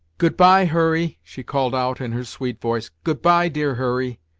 goodbye hurry she called out, in her sweet voice goodbye, dear hurry.